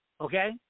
okay